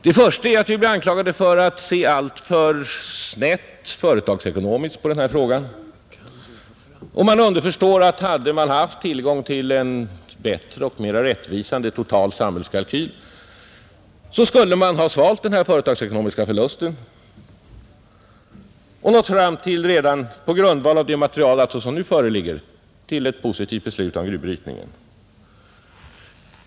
Det första är att vi blir anklagade för att se alltför snävt företagsekonomiskt på den här frågan, och man underförstår att hade man haft tillgång till en bättre och mera rättvisande total samhällskalkyl, så skulle man ha svalt den här företagsekonomiska förlusten och nått fram till — redan på grundval av det material som nu föreligger alltså — ett positivt beslut om gruvbrytningen.